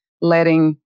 letting